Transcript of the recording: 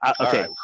Okay